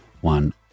one